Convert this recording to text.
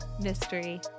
mystery